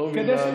אני לא מבין,